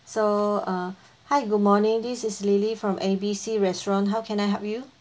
so uh hi good morning this is lily from A B C restaurant how can I help you